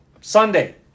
Sunday